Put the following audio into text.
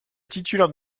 titulaire